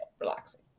relaxing